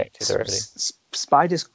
Spider